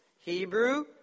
Hebrew